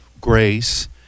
grace